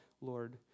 Lord